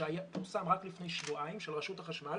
שפורסם רק לפני שבועיים של רשות החשמל?